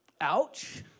Ouch